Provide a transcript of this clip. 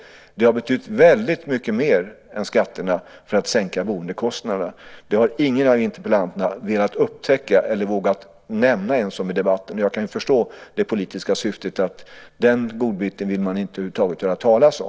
Detta har betytt väldigt mycket mer än skatterna för att sänka boendekostnaderna. Det har ingen av interpellanterna velat upptäcka eller ens vågat nämna i debatten. Jag kan förstå det politiska syftet - den godbiten vill man över huvud taget inte höra talas om.